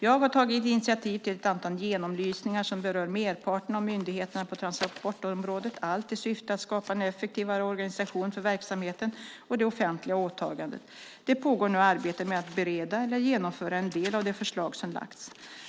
Jag har tagit initiativ till ett antal genomlysningar som berör merparten av myndigheterna på transportområdet, allt i syfte att skapa en effektivare organisation för verksamheten och det offentliga åtagandet. Det pågår nu arbete med att bereda eller genomföra en del av de förslag som lagts fram.